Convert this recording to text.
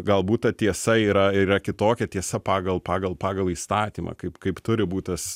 galbūt ta tiesa yra yra kitokia tiesa pagal pagal pagal įstatymą kaip kaip turi būt tas